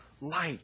light